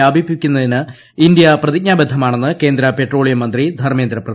വ്യാപിപ്പിക്കുന്നതിന്റ് India പ്രതിജ്ഞാബദ്ധമാണെന്ന് കേന്ദ്ര petroleum മന്ത്രി ധർമ്മേന്ദ്ര പ്രധാൻ